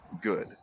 good